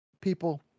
people